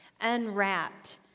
unwrapped